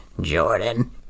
Jordan